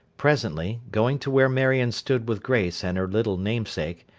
presently, going to where marion stood with grace and her little namesake,